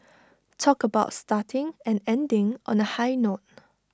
talk about starting and ending on A high note